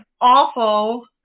awful